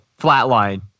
flatline